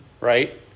Right